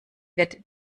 wird